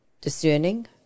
discerning